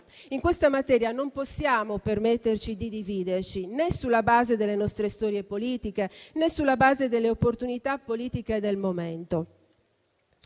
In questa materia non possiamo permetterci di dividerci, né sulla base delle nostre storie politiche, né sulla base delle opportunità politiche del momento.